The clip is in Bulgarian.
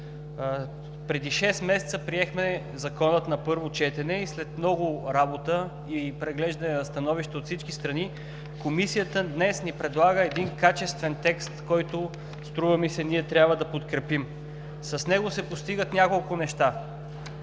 Преди шест месеца приехме закона на първо четене и след много работа и преглеждане на становище от всички страни Комисията днес ни предлага един качествен текст, който, струва ми се, трябва да подкрепим. С него се постигат няколко неща.